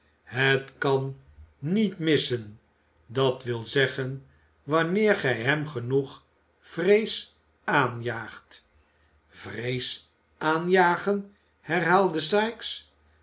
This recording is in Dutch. het kan niet missen dat wil zeggen wanneer gij hem genoeg vrees aanjaagt vrees aanjagen herhaalde